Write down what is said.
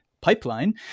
Pipeline